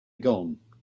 gone